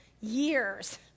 years